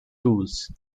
tools